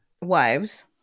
wives